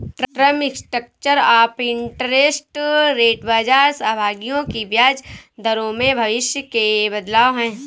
term structure of interest rate बाजार सहभागियों की ब्याज दरों में भविष्य के बदलाव है